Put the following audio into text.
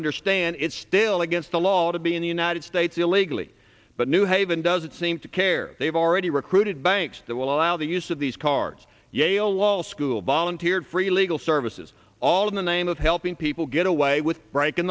understand it's still against the law to be in the united states illegally but new haven doesn't seem to care they've already recruited banks that will allow the use of these cards jail wall school volunteered free legal services all in the name of helping people get away with breaking